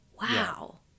wow